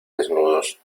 desnudos